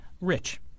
Rich